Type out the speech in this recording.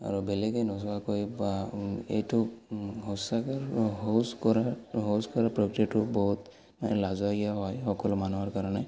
আৰু বেলেগেই নোযোৱাকৈ বা এইটো শৌচাগ শৌচ কৰাৰ শৌচ কৰাৰ প্ৰক্ৰিয়টো বহুত মানে লাজৰ এয়া হয় সকলো মানুহৰ কাৰণে